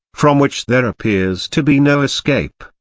from which there appears to be no escape,